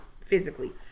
physically